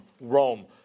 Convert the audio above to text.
Rome